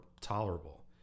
tolerable